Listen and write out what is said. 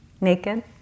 Naked